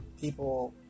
people